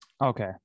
Okay